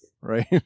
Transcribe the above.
right